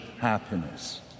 happiness